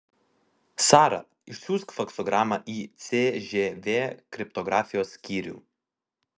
sara išsiųsk faksogramą į cžv kriptografijos skyrių